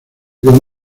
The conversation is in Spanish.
con